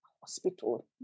hospital